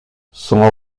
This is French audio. son